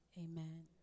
Amen